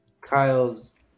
Kyle's